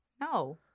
No